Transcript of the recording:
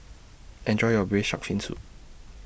Enjoy your Braised Shark Fin Soup